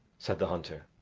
said the hunter.